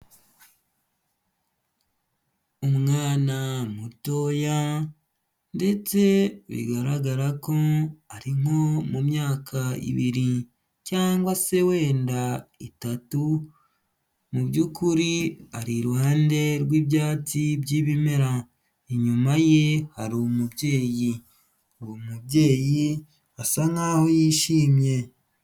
Umwana mutoya ndetse bigaragara ko ari nko mu myaka ibiri cyangwa se wenda itatu, mu byukuri ari iruhande rw'ibyatsi by'ibimera. Inyuma ye hari umubyeyi asa nk'aho yishimye.